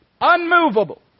unmovable